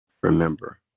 Remember